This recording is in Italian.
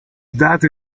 date